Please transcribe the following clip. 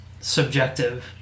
Subjective